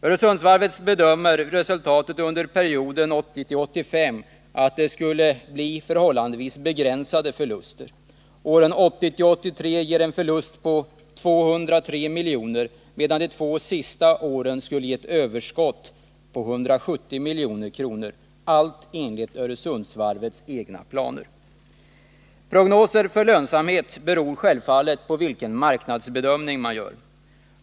Öresundsvarvet bedömer resultatet under perioden 1980-1985 så att det skulle bli förhållandevis begränsade förluster. Åren 1980-1983 skulle ge en förlust på 203 milj.kr., medan de två sista åren under perioden skulle ge ett överskott på 170 milj.kr., allt enligt Öresundsvarvets egna planer. Prognoser för lönsamhet är självfallet beroende av vilken marknadsbedömning man gör.